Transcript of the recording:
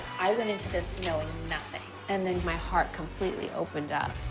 i went into this knowing nothing and then my heart completely opened up.